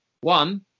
One